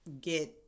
get